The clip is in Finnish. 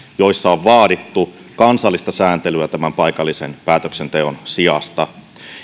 joissa on vaadittu kansallista sääntelyä tämän paikallisen päätöksenteon sijasta